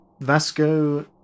Vasco